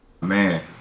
man